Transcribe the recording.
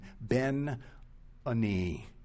Ben-Ani